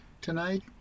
tonight